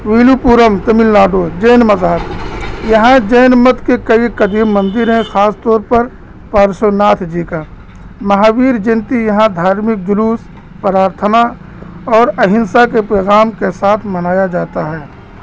ویلوپورم تمل ناڈو جین مذاب یہاں جین مت کے کئی قدیم مندر ہیں خاص طور پر پرشو ناتھ جی کا مہابیر جینتی یہاں دھارمک جلوس پرارتھنا اور اہنسا کے پیغام کے ساتھ منایا جاتا ہے